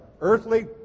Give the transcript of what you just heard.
Earthly